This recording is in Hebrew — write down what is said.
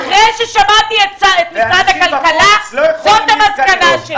אחרי ששמעתי את משרד הכלכלה, זאת המסקנה שלי.